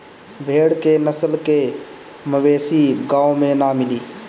भेड़ के नस्ल के मवेशी गाँव में ना मिली